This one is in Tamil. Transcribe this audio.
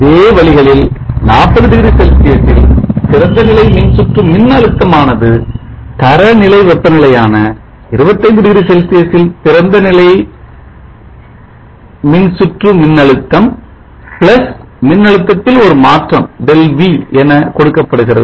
இதே வழிகளில் 40 டிகிரி செல்சியஸில் திறந்தநிலை மின்சுற்று மின்னழுத்தமானது தரநிலை வெப்பநிலையான 25 டிகிரி செல்சியஸில் திறந்தநிலை நீர் சுற்று மின்னழுத்தம் மின்னழுத்தத்தில் ஒரு மாற்றம் Δv என கொடுக்கப்படுகிறது